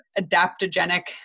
adaptogenic